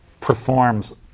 performs